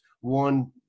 one